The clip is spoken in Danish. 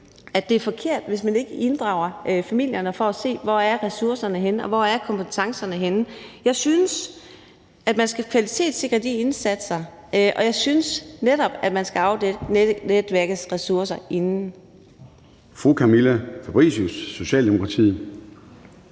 det er forkert, hvis man ikke inddrager familien for at se, hvor ressourcerne og kompetencerne er henne. Jeg synes, at man skal kvalitetssikre de indsatser, og jeg synes netop, at man skal afdække netværkets ressourcer inden.